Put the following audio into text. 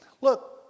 Look